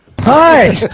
Hi